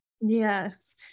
Yes